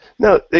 No